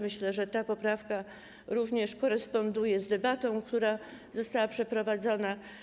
Myślę, że ta poprawka koresponduje z debatą, która została przeprowadzona.